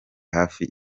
hafi